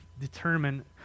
determine